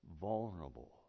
vulnerable